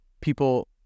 people